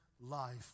life